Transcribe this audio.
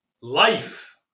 life